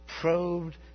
probed